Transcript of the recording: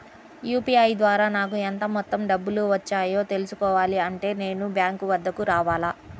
UPI ద్వారా నాకు ఎంత మొత్తం డబ్బులు వచ్చాయో తెలుసుకోవాలి అంటే నేను బ్యాంక్ వద్దకు రావాలా?